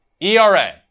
ERA